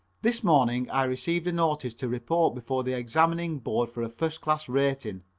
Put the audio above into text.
this morning i received a notice to report before the examining board for a first class rating.